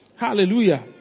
Hallelujah